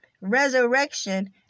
resurrection